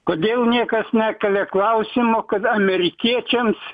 kodėl niekas nekelia klausimo kad amerikiečiams